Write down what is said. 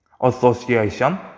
association